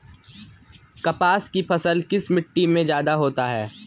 कपास की फसल किस मिट्टी में ज्यादा होता है?